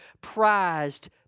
prized